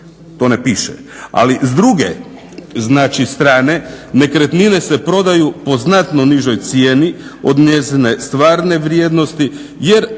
To ne piše. Ali s druge znači strane nekretnine se prodaju po znatno nižoj cijeni od njezine stvarne vrijednosti